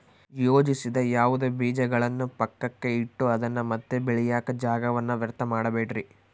ಯೋಜಿಸದ ಯಾವುದೇ ಬೀಜಗಳನ್ನು ಪಕ್ಕಕ್ಕೆ ಇಟ್ಟು ಅದನ್ನ ಮತ್ತೆ ಬೆಳೆಯಾಕ ಜಾಗವನ್ನ ವ್ಯರ್ಥ ಮಾಡಬ್ಯಾಡ್ರಿ